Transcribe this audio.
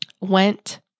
went